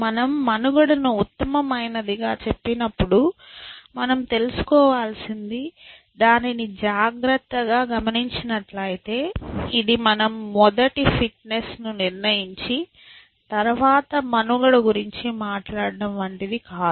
మనం మనుగడను ఉత్తమమైనదిగా చెప్పినప్పుడు మనము తెలుసుకోవాల్సింది దానిని జాగ్రత్తగా గమనించినట్లయితే ఇది మనం మొదటి ఫిట్నెస్ను నిర్ణయించి తర్వాత మనుగడ గురించి మాట్లాడటం వంటిది కాదు